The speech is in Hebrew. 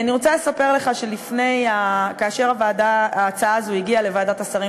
אני רוצה לספר לך שכאשר ההצעה הזאת הגיעה לוועדת השרים